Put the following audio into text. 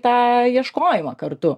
tą ieškojimą kartu